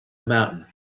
mountain